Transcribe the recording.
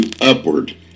upward